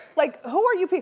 like, who are you